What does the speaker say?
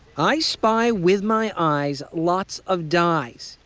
i spy with my eyes, lots of guys,